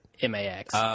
M-A-X